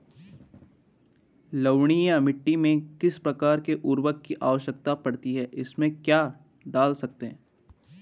लवणीय मिट्टी में किस प्रकार के उर्वरक की आवश्यकता पड़ती है इसमें क्या डाल सकते हैं?